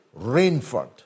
Rainford